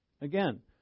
Again